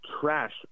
trash